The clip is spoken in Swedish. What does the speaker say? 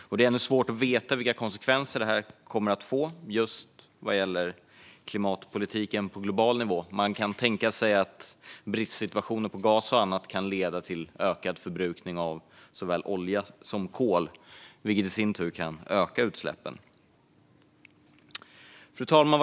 Det är ännu svårt att veta vilka konsekvenser det kommer att få vad gäller klimatpolitiken på global nivå. Man kan tänka sig att bristsituationen beträffande gas och annat kan leda till ökad förbrukning av såväl olja som kol, vilket i sin tur kan öka utsläppen. Fru talman!